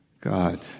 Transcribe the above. God